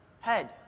head